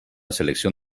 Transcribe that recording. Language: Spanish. selección